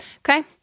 Okay